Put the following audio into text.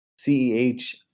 CEH